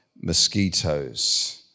mosquitoes